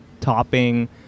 topping